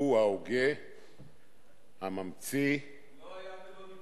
הוא ההוגה, הממציא, לא היה ולא נברא.